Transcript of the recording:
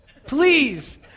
Please